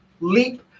leap